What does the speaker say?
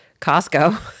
Costco